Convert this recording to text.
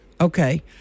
Okay